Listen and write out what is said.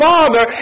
Father